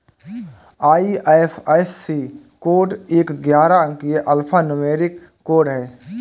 IFSC code एक ग्यारह अंकीय अल्फा न्यूमेरिक कोड है